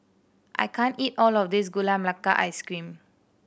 I can't eat all of this Gula Melaka Ice Cream